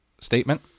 statement